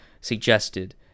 suggested